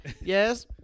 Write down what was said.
Yes